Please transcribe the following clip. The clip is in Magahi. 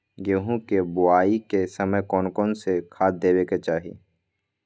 गेंहू के बोआई के समय कौन कौन से खाद देवे के चाही?